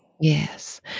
yes